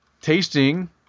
tasting